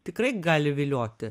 tikrai gali vilioti